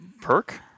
perk